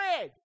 red